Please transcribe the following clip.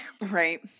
Right